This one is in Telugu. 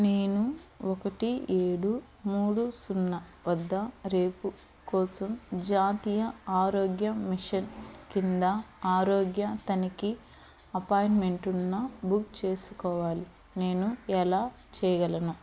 నేను ఒకటి ఏడు మూడు సున్నా వద్ద రేపు కోసం జాతీయ ఆరోగ్య మిషన్ కింద ఆరోగ్య తనిఖీ అపాయింట్మెంటు ఉన్న బుక్ చేసుకోవాలి నేను ఎలా చేయగలను